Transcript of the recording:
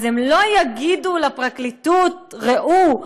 אז הם לא יגידו לפרקליטות: ראו,